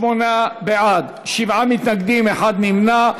68 בעד, שבעה מתנגדים, אחד נמנע.